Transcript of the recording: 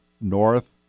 North